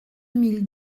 mille